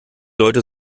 leute